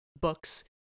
books